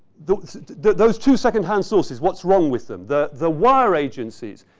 those those two second-hand sources, what's wrong with them, the the wire agencies.